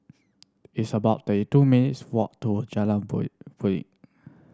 it's about thirty two minutes' walk to Jalan